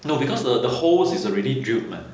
no because the hole is already drilled mah